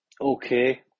Okay